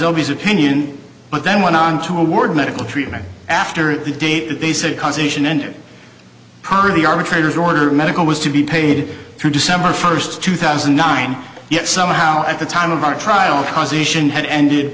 always opinion but then went on to award medical treatment after the date that they said causation entered the arbitrators order medical was to be paid through december first two thousand and nine yet somehow at the time of our trial causation had ended